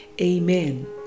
amen